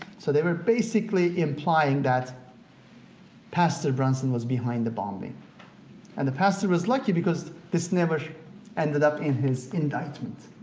so they were basically implying that pastor brunson was behind the bombing and the pastor was lucky because this never ended up in his indictment.